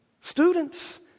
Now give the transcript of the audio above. Students